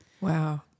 Wow